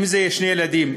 אם שני ילדים,